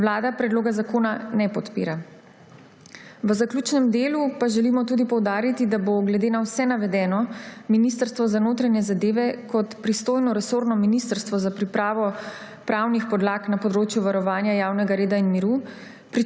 Vlada predloga zakona ne podpira. V zaključnem delu pa želimo tudi poudariti, da bo glede na vse navedeno Ministrstvo za notranje zadeve kot pristojno resorno ministrstvo za pripravo pravnih podlag na področju varovanja javnega reda in miru